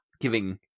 giving